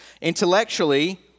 Intellectually